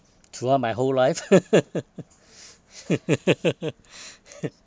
throughout my whole life